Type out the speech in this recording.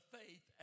faith